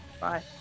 bye